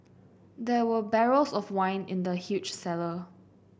there were barrels of wine in the huge cellar